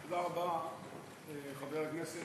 תודה לחבר הכנסת